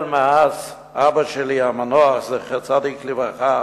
מאז לקח אותי אבא שלי המנוח, זכר צדיק לברכה,